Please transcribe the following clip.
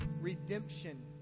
Redemption